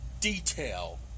detail